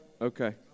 Okay